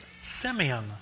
Simeon